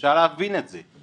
ואפשר להבין את זה,